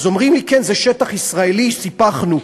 אז אומרים לי: כן, זה שטח ישראלי, סיפחנו.